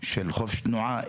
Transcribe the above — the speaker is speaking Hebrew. של חופש תנועה.